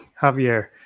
Javier